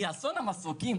מאסון המסוקים,